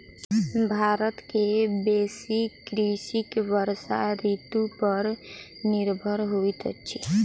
भारत के बेसी कृषक वर्षा ऋतू पर निर्भर होइत अछि